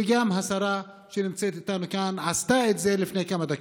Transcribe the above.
וגם השרה שנמצאת איתנו כאן עשתה את זה לפני כמה דקות.